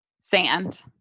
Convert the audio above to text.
Sand